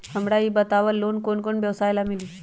हमरा ई बताऊ लोन कौन कौन व्यवसाय ला मिली?